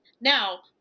Now